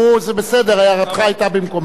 זה בסדר, הערתך היתה במקומה.